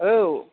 ঔ